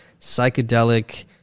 psychedelic